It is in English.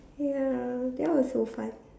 ya that was so fun